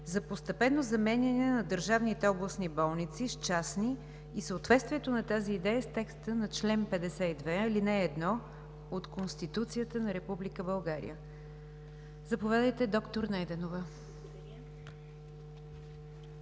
за постепенно заменяне на държавните областни болници с части и съответствието на тази идея с текста на чл. 52, ал. 1 от Конституцията на Република България. Заповядайте, д-р Найденова.